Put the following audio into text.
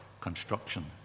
construction